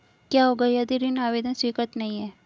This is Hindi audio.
क्या होगा यदि ऋण आवेदन स्वीकृत नहीं है?